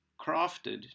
crafted